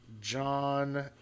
John